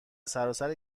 سراسر